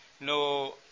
No